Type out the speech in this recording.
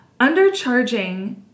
Undercharging